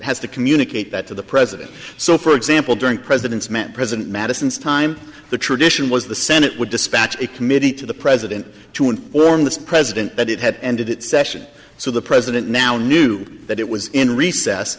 has to communicate that to the president so for example during president's men president madison's time the tradition was the senate would dispatch a committee to the president to an orm this president that it had ended its session so the president now knew that it was in recess